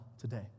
today